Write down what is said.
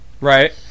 Right